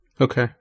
Okay